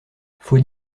faut